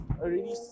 already